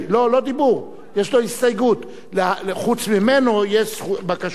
חוץ ממנו יש בקשות דיבור לחבר הכנסת מיכאל בן-ארי,